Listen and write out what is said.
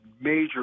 major